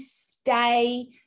stay